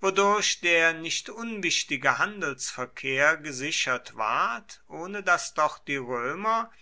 wodurch der nicht unwichtige handelsverkehr gesichert ward ohne daß doch die römer